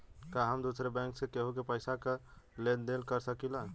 का हम दूसरे बैंक से केहू के पैसा क लेन देन कर सकिला?